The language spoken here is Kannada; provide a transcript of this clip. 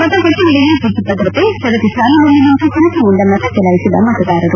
ಮತಗಟ್ಟೆಗಳಿಗೆ ಬಿಗಿ ಭದ್ರತೆ ಸರದಿ ಸಾಲಿನಲ್ಲಿ ನಿಂತು ಹುರುಪಿನಿಂದ ಮತ ಚಲಾಯಿಸಿದ ಮತದಾರರು